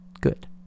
good